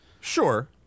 Sure